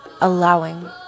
allowing